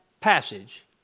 passage